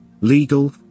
legal